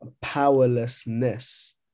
powerlessness